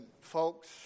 folks